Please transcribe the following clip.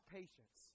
patience